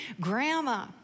grandma